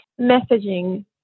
messaging